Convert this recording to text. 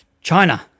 China